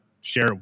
share